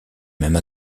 même